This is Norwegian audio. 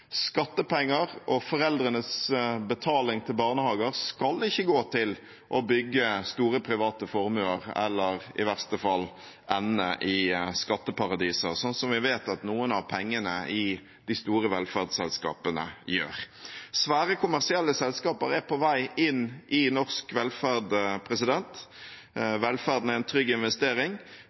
Skattepenger og foreldrenes betaling til barnehager skal ikke gå til å bygge store private formuer eller i verste fall ende i skatteparadiser, sånn som vi vet at noen av pengene i de store velferdsselskapene gjør. Svære kommersielle selskaper er på vei inn i norsk velferd. Velferden er en trygg investering